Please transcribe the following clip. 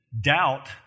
doubt